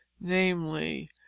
namely